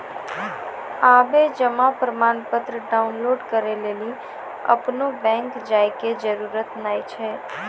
आबे जमा प्रमाणपत्र डाउनलोड करै लेली अपनो बैंक जाय के जरुरत नाय छै